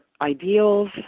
ideals